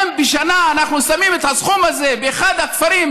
אם בשנה אנחנו שמים את הסכום הזה באחד הכפרים,